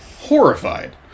Horrified